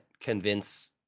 convince